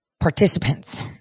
participants